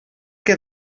que